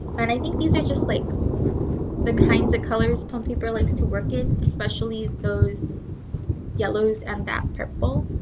and i think these are just like the kinds of colors plum paper likes to work in especially those yellows and that purple.